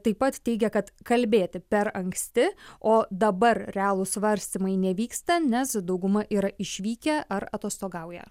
taip pat teigia kad kalbėti per anksti o dabar realūs svarstymai nevyksta nes dauguma yra išvykę ar atostogauja